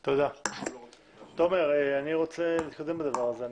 אני רוצה להתקדם בדבר הזה.